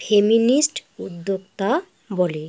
feminist উদ্যোক্তা বলে